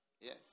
Yes